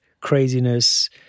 craziness